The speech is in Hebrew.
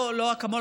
לא אקמול,